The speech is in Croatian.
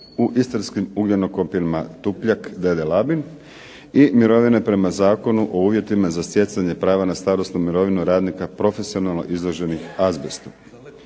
u istarskim ugljenokopima Tupljak d.d. Labin i mirovine prema Zakonu o uvjetima za stjecanje prava na starosnu mirovinu radnika profesionalno izloženih azbestu.